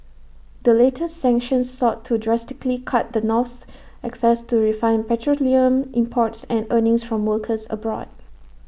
the latest sanctions sought to drastically cut the North's access to refined petroleum imports and earnings from workers abroad